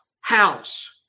house